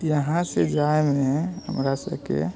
यहाँसँ जाइमे हमरा सबके